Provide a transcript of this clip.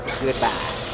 Goodbye